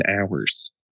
hours